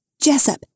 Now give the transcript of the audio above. Jessup